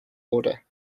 order